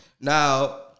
now